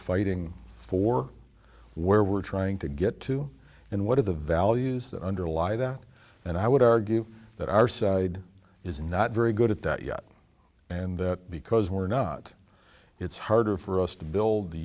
fighting for where we're trying to get to and what are the values that underlie that and i would argue that our side is not very good at that yet and that because we're not it's harder for us to build the